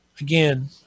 Again